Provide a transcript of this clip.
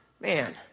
Man